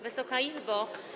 Wysoka Izbo!